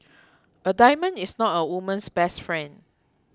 a diamond is not a woman's best friend